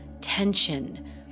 tension